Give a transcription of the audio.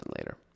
later